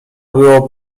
było